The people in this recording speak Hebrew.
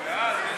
בעד.